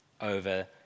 over